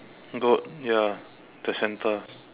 goat ya the center